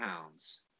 pounds